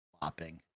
flopping